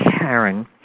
Karen